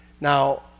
Now